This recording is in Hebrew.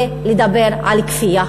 זה לדבר על כפייה.